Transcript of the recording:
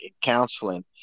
counseling